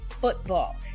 football